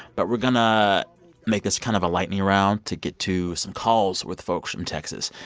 but we're going to make this kind of a lightning round to get to some calls with folks from texas.